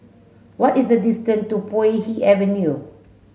what is the distance to Puay Hee Avenue